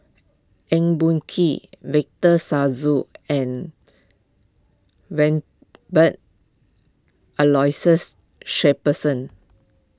Eng Boh Kee Victor Sassoon and Aloysius Shepherdson